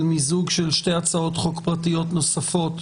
מיזוג של שתי הצעות חוק פרטיות נוספות